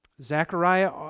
Zechariah